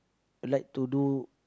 like to do